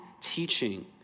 teaching